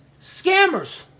Scammers